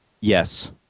yes